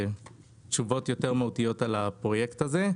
תשובות יותר מהותיות על הפרויקט הזה.